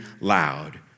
loud